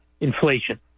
Inflation